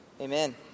Amen